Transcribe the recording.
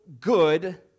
good